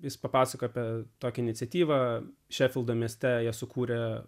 jis papasakojo apie tokią iniciatyvą šefildo mieste jie sukūrė